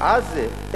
ע'זה,